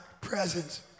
presence